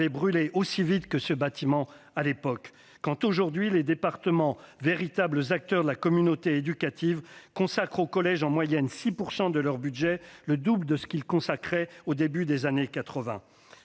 brûlé aussi vite que ce bâtiment, alors qu'aujourd'hui les départements, véritables acteurs de la communauté éducative, consacrent aux collèges en moyenne 6 % de leur budget, le double de ce qu'ils investissaient au début des années 1980.